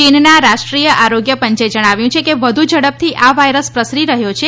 ચીનના રાષ્ટ્રીય આરોગ્ય પંચે જણાવ્યું છે કે વધુ ઝડપથી આ વાયરસ પ્રસરી રહ્યો છે